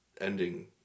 ending